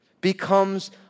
becomes